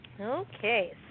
Okay